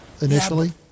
initially